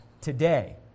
today